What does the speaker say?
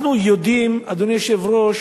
אנחנו יודעים, אדוני היושב-ראש,